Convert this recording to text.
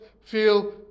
feel